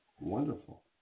Wonderful